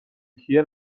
کیه